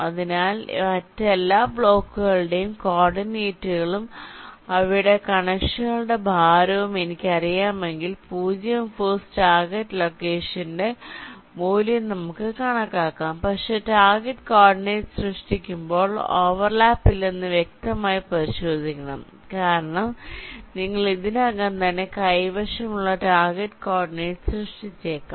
അതിനാൽ മറ്റെല്ലാ ബ്ലോക്കുകളുടെയും കോർഡിനേറ്റുകളും അവയുടെ കണക്ഷനുകളുടെ ഭാരവും എനിക്കറിയാമെങ്കിൽ 0 ഫോഴ്സ് ടാർഗെറ്റ് ലൊക്കേഷന്റെ മൂല്യം നമുക്ക് കണക്കാക്കാം പക്ഷേ ടാർഗെറ്റ് കോർഡിനേറ്റ് സൃഷ്ടിക്കുമ്പോൾ ഓവർലാപ്പ് ഇല്ലെന്ന് വ്യക്തമായി പരിശോധിക്കണം കാരണം നിങ്ങൾ ഇതിനകം തന്നെ കൈവശമുള്ള ടാർഗെറ്റ് കോർഡിനേറ്റ് സൃഷ്ടിച്ചേക്കാം